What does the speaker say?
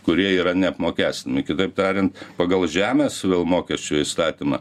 kurie yra neapmokestinami kitaip tariant pagal žemės vėl mokesčio įstatymą